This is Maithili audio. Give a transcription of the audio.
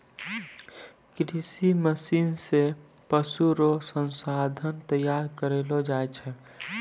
कृषि मशीन से पशु रो संसाधन तैयार करलो जाय छै